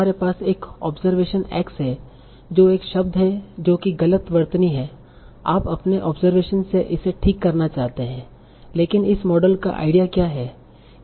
हमारे पास एक ऑब्जरवेशन x है जो एक शब्द है जो कि गलत वर्तनी है आप अपने ऑब्जरवेशन से इसे ठीक करना चाहते हैं लेकिन इस मॉडल का आईडिया क्या है